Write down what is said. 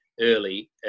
early